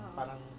parang